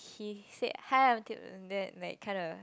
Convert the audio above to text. he said hi I'm that kinda